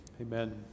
Amen